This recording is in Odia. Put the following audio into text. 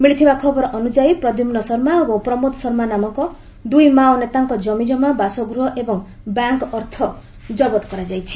ମିଳିଥିବା ଖବର ଅନୁଯାୟୀ ପ୍ରଦ୍ୟୁମ୍ନ ଶର୍ମା ଏବଂ ପ୍ରମୋଦ ଶର୍ମା ନାମକ ଦୁଇ ମାଓ ନେତାଙ୍କ କମିକ୍ତମା ବାସଗୃହ ଏବଂ ବ୍ୟାଙ୍କ୍ ଅର୍ଥ ଜବତ କରାଯାଇଛି